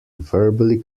verbally